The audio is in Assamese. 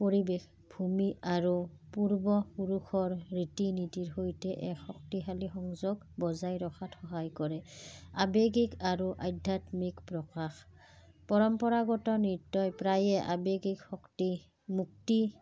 পৰিৱেশ ভূমি আৰু পূৰ্বপুৰুষৰ ৰীতি নীতিৰ সৈতে এক শক্তিশালী সংযোগ বজাই ৰখাত সহায় কৰে আৱেগিক আৰু আধ্যাত্মিক প্ৰকাশ পৰম্পৰাগত নৃত্যই প্ৰায়ে আৱেগিক শক্তি মুক্তি